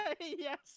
Yes